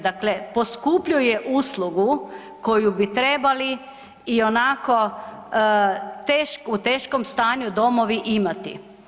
Dakle, poskupljuje uslugu koju bi trebali ionako u teškom stanju domovi imati.